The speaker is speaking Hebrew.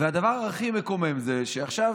והדבר הכי מקומם זה שעכשיו,